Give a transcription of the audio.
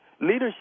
Leadership